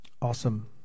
Awesome